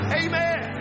amen